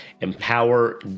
Empower